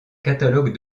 catalogue